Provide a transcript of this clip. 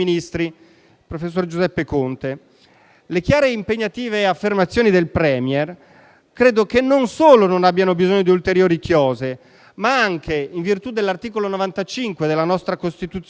professor Giuseppe Conte. Le chiare e impegnative affermazioni del *Premier* credo che non solo non abbiano bisogno di ulteriori chiose, ma anche - in virtù dell'articolo 95 della nostra Costituzione,